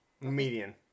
Median